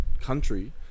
country